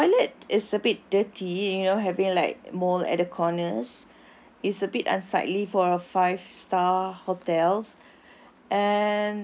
the toilet is a bit dirty you know having like mold at the corners it's a bit unsightly for a five star hotels